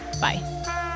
Bye